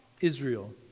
Israel